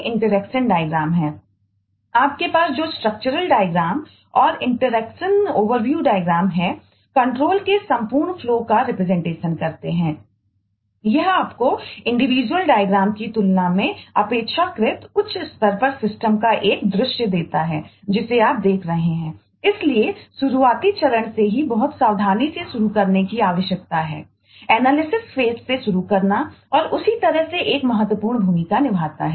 interaction diagram से शुरू करना और उस तरह से यह एक महत्वपूर्ण भूमिका निभाता है